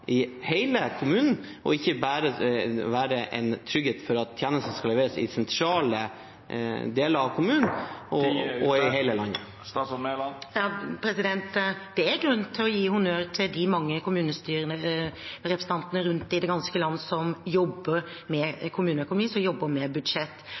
i hele kommunen, i hele landet, og ikke bare være en trygghet for at tjenester skal leveres i sentrale deler av kommunen? Det er grunn til å gi honnør til de mange kommunestyrerepresentantene rundt i det ganske land som jobber